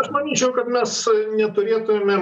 aš manyčiau kad mes neturėtumėm